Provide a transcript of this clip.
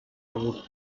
would